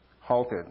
halted